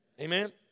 Amen